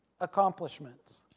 accomplishments